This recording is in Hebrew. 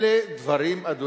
אלה דברים, אדוני,